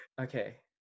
Okay